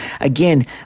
again